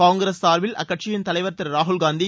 காங்கிரஸ் சார்பில் அக்கட்சியின் தலைவர் திரு ராகுல் காந்தி